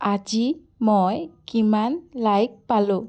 আজি মই কিমান লাইক পালোঁ